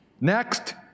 Next